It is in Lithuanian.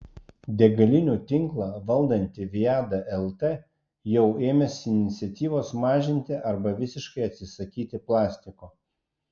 degalinių tinklą valdanti viada lt jau ėmėsi iniciatyvos mažinti arba visiškai atsisakyti plastiko